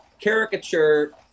caricature